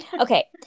okay